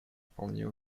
вполне